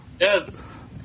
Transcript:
Yes